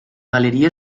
galeria